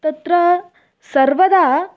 तत्र सर्वदा